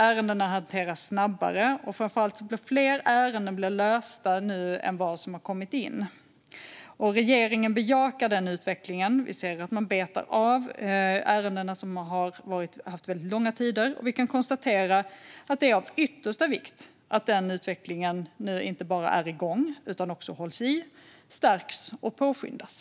Ärendena hanteras snabbare, och framför allt blir fler ärenden lösta nu än vad som kommer in. Regeringen bejakar denna utveckling. Vi ser att man betar av de ärenden som haft väldigt långa handläggningstider, och vi kan konstatera att det är av yttersta vikt att den utvecklingen inte bara är igång utan också hålls i, stärks och påskyndas.